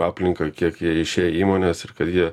aplinką kiek jie išėjo į įmones ir kad jie